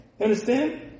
understand